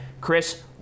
Chris